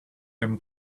him